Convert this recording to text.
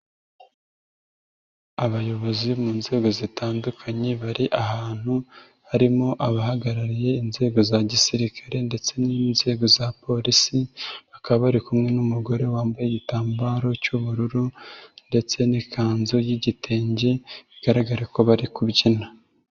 Abayobozi mu nzego zitandukanye bari ahantu harimo abahagarariye inzego za gisirikare ndetse n'inzego za polisi, bakaba bari kumwe n'umugore wambaye igitambaro cy'ubururu ndetse n'ikanzu y'igitenge bigaragara ko bari kubyina.